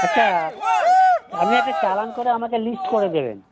আচ্ছা আপনি একটা চালান করা আমাকে লিস্ট করে দেবেন